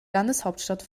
landeshauptstadt